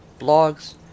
blogs